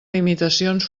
limitacions